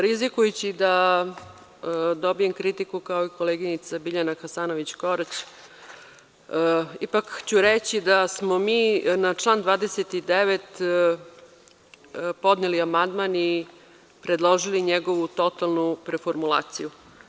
Rizikujući da dobijem kritiku kao i koleginica Biljana Hasanović Korać, ipak ću reći da smo mi na član 29. podneli amandman i predložili njegovu totalnu preformulaciju.